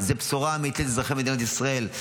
וזו בשורה אמיתית לאזרחי מדינת ישראל,